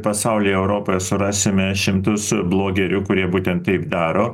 pasaulyje europoje surasime šimtus blogerių kurie būtent taip daro